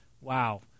wow